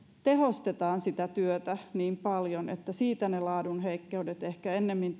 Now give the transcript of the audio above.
tehostetaan työtä niin paljon että siitä ne laadun heikkoudet ehkä ennemmin